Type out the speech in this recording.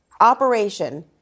Operation